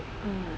ah